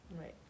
Right